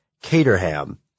Caterham